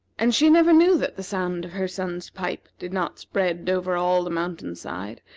and she never knew that the sound of her son's pipe did not spread over all the mountainside,